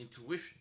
intuition